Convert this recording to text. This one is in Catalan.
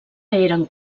eren